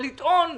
לטעון שאנחנו,